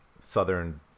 Southern